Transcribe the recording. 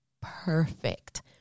perfect